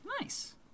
nice